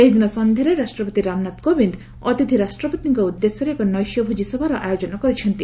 ସେହିଦିନ ସନ୍ଧ୍ୟାରେ ରାଷ୍ଟ୍ରପତି ରାମନାଥ କୋବିନ୍ଦ ଅତିଥି ରାଷ୍ଟ୍ରପତିଙ୍କ ଉଦ୍ଦେଶ୍ୟରେ ଏକ ନୈଶ୍ୟ ଭୋଜି ସଭାର ଆୟୋଜନ କରିଛନ୍ତି